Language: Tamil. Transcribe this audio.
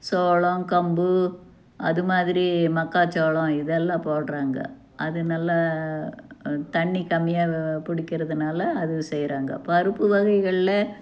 சோளம் கம்பு அது மாதிரி மக்காசோளம் இதெல்லாம் போடுகிறாங்க அது நல்லா தண்ணி கம்மியாக பிடிக்கிறதுனால அது செய்கிறாங்க பருப்பு வகைகளில்